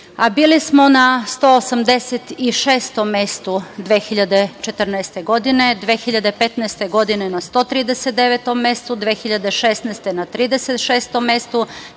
a bili smo na 186. mestu 2014. godine, 2015. godine na 139. mestu, 2016. godine na 36. mestu,